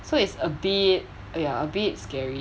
so it's a bit err ya a bit scary